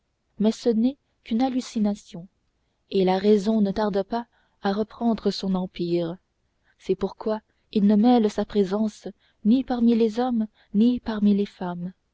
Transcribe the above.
mais ce n'est qu'une hallucination et la raison ne tarde pas à reprendre son empire c'est pourquoi il ne mêle sa présence ni parmi les hommes ni parmi les femmes